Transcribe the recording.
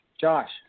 Josh